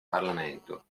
parlamento